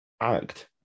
act